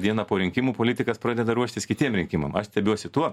dieną po rinkimų politikas pradeda ruoštis kitiem rinkimam aš stebiuosi tuo